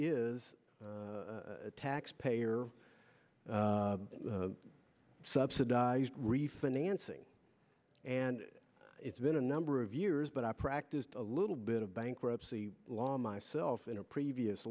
is a taxpayer subsidized refinancing and it's been a number of years but i practiced a little bit of bankruptcy law myself in a previous